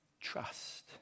Trust